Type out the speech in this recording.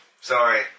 Sorry